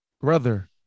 Brother